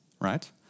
right